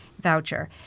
voucher